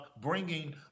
bringing